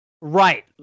Right